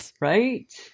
Right